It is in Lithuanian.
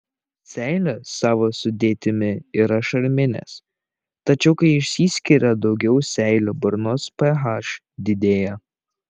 seilės savo sudėtimi yra šarminės tačiau kai išsiskiria daugiau seilių burnos ph didėja